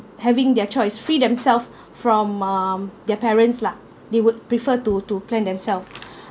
having their choice free themselves from um their parents lah they would prefer to to plan themselves